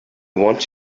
want